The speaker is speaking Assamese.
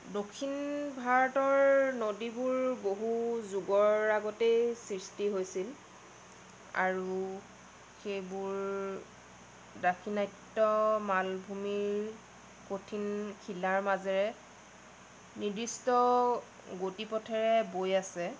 দক্ষিণ ভাৰতৰ নদীবোৰ বহু যুগৰ আগতেই সৃষ্টি হৈছিল আৰু সেইবোৰ দাক্ষিণাত্য মালভূমিৰ কঠিন শিলাৰ মাজেৰে নিৰ্দিষ্ট গতি পথেৰে বৈ আছে